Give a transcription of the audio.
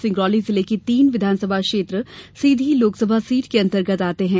सिंगरौली जिले की तीन विधानसभा क्षेत्र सीधी लोकसभा सीट के अंतर्गत आते हैं